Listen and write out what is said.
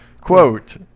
quote